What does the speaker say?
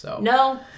No